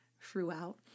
throughout